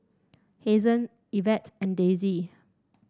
Hazen Evette and Daisy